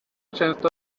często